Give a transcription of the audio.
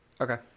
Okay